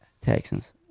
Texans